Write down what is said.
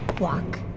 walk,